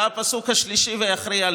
בא הפסוק השלישי ויכריע,